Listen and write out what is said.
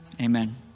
Amen